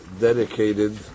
dedicated